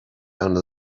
under